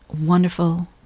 wonderful